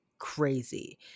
crazy